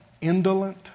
indolent